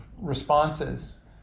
responses